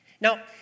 Now